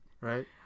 right